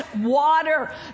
water